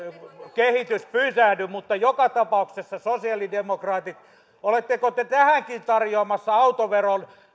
kehitys pysähdy mutta joka tapauksessa sosialidemokraatit oletteko te tähänkin tarjoamassa autoveron